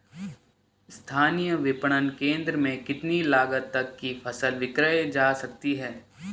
स्थानीय विपणन केंद्र में कितनी लागत तक कि फसल विक्रय जा सकती है?